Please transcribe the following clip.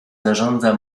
zarządza